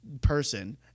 person